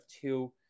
two